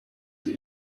sie